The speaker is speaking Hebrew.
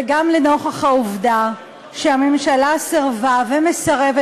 וגם לנוכח העובדה שהממשלה סירבה ומסרבת